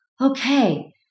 okay